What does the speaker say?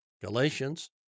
Galatians